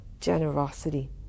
generosity